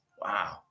Wow